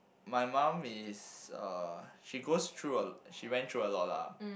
my mum is a she goes through a she went through a lot lah